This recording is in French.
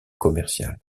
commerciale